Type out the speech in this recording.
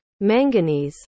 manganese